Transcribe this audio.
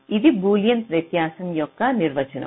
ఇది బూలియన్ వ్యత్యాసం యొక్క నిర్వచనం